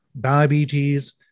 diabetes